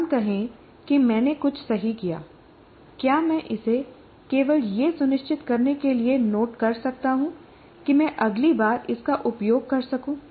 हम कहें कि मैंने कुछ सही किया क्या मैं इसे केवल यह सुनिश्चित करने के लिए नोट कर सकता हूं कि मैं अगली बार इसका उपयोग कर सकूं